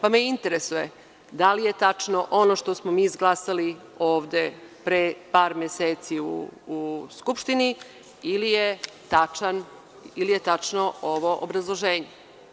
Pa me interesuje, da li je tačno ono što smo mi izglasali ovde pre par meseci u Skupštini ili je tačno ovo obrazloženje?